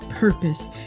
purpose